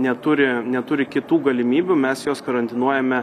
neturi neturi kitų galimybių mes juos karantinuojame